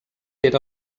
era